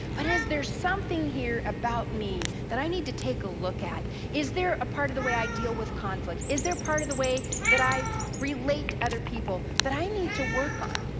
but is there something here about me that i need to take a look at? is there a part of the way i deal with conflict, is there part of the way that i relate to other people that i need to work on?